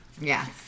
Yes